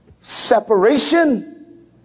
Separation